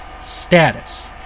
status